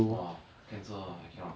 !wah! cancel ah I cannot